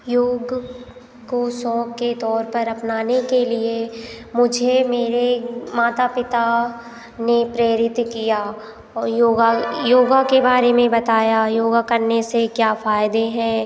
योग को शौक के तौर पर अपनाने के लिए मुझे मेरे माता पिता ने प्रेरित किया योगा योगा के बारे में बताया योगा करने से क्या फायदे हैं